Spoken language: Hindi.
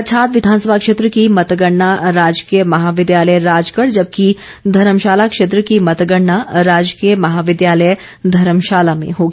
पच्छाद विधानसभा क्षेत्र की मतगणना राजकीय महाविद्यालय राजगढ़ जबकि धर्मशाला क्षेत्र की मतगणना राजकीय महाविद्यालय धर्मशाला में होगी